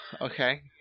Okay